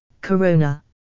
Corona